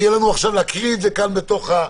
שיהיה לנו עכשיו לקרוא כאן בחוק,